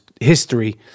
history